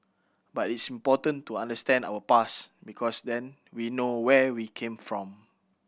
but it's important to understand our past because then we know where we came from